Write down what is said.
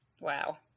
wow